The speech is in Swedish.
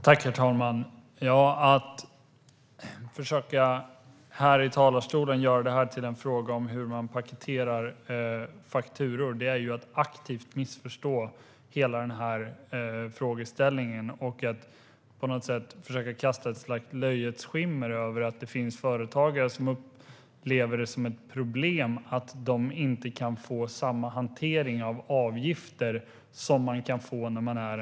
Herr talman! Att här i talarstolen försöka göra detta till en fråga om hur man paketerar fakturor är att aktivt missförstå hela denna frågeställning och att på något sätt försöka kasta ett slags löjets skimmer över att det finns företagare som upplever det som ett problem att de inte kan få samma hantering av avgifter som privatpersoner kan få.